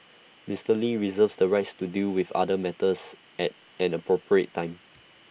Mister lee reserves the right to deal with other matters at an appropriate time